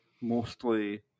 mostly